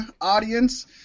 audience